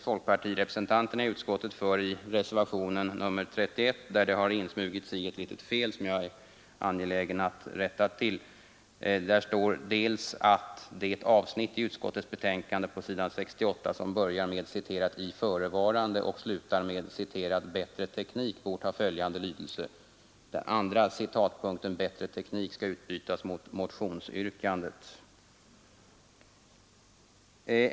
Folkpartirepresentanterna i utskottet pläderar för detta i reservationen 31, i vilken emellertid insmugit sig ett litet fel som bör rättas till senare.